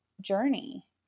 journey